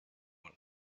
want